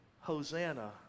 Hosanna